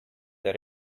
that